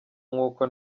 nk’uko